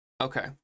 Okay